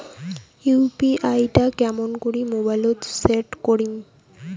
UPI টা কেমন করি মোবাইলত সেট করিম?